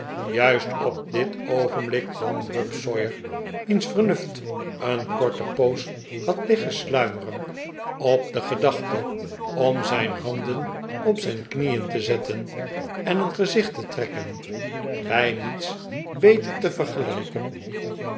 juist op dit oogenblik kwam bob sawyer wiens vernuft een korte poos had liggen sluimeren op de gedachte om zijn handen op zijn knieen te zetten en een gezicht te trekken bij niets beter te vergelijken